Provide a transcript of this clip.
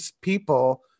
people